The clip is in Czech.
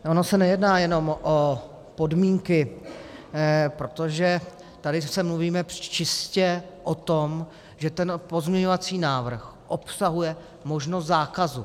Ono se nejedná jenom o podmínky, protože tady mluvíme čistě o tom, že ten pozměňovací návrh obsahuje možnost zákazu.